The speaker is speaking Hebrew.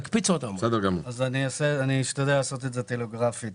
אני אשתדל לעשות את זה טלגרפית.